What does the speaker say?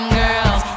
girls